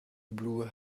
blues